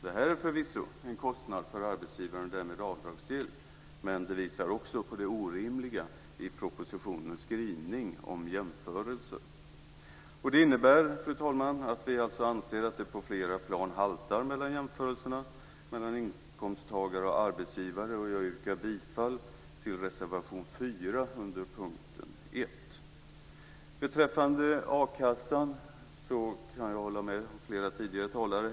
Det är förvisso en kostnad för arbetsgivaren och därmed avdragsgill. Men det visar också på det orimliga i propositionens skrivning om jämförelser. Fru talman! Det innebär att vi anser att det på flera plan haltar med jämförelserna mellan inkomsttagare och arbetsgivare. Jag yrkar bifall till reservation 4 Beträffande a-kassan kan jag hålla med flera tidigare talare.